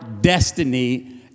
destiny